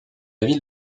ville